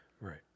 right